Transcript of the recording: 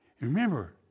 Remember